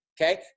Okay